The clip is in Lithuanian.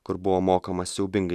kur buvo mokamas siaubingai